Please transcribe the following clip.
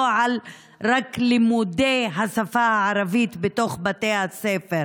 רק על לימודי השפה הערבית בתוך בתי הספר.